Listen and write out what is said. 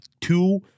two